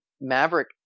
maverick